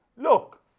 Look